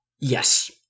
yes